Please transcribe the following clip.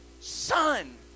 son